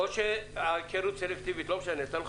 מאחר שבדיון אחר נציגת רשות התחרות לא הבינה את תפקידה כראוי אני אתן לך